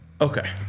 Okay